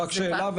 רק שאלה,